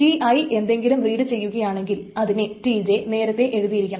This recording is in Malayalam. Ti എന്തെങ്കിലും റീഡ് ചെയ്യുകയാണെങ്കിൽ അതിനെ Tj നേരത്തെ എഴുതിയിരിക്കണം